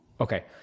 Okay